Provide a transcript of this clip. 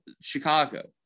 Chicago